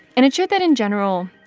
and it showed that in general,